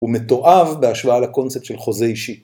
הוא מתואב בהשוואה לקונספט של חוזה אישי.